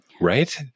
right